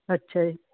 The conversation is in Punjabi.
ਅੱਛਾ ਜੀ